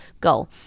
goal